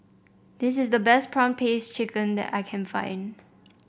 this is the best prawn paste chicken that I can find